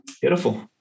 Beautiful